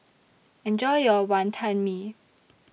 Enjoy your Wantan Mee